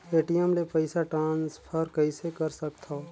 ATM ले पईसा transfer कइसे कर सकथव?